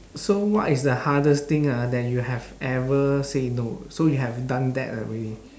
so what is the hardest thing ah that you have ever say no so you have done that already